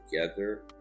together